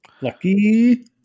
lucky